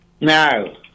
No